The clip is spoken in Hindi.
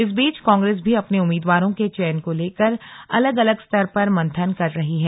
इस बीच कांग्रेस भी अपने उम्मीदवारों के चयन को लेकर अलग अलग स्तर पर मंथन कर रही है